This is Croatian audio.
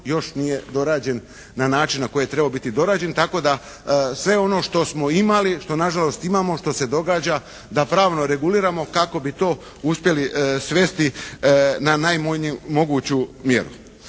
još nije dorađen na način na koji je trebao biti dorađen tako da sve ono što smo imali, što nažalost imamo, što se događa da pravno reguliramo kako bi to uspjeli svesti na najmanju moguću mjeru.